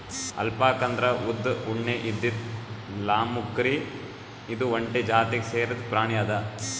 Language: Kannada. ಅಲ್ಪಾಕ್ ಅಂದ್ರ ಉದ್ದ್ ಉಣ್ಣೆ ಇದ್ದಿದ್ ಲ್ಲಾಮ್ಕುರಿ ಇದು ಒಂಟಿ ಜಾತಿಗ್ ಸೇರಿದ್ ಪ್ರಾಣಿ ಅದಾ